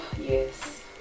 Yes